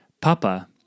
Papa